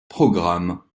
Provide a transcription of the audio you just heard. programmes